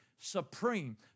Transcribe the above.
supreme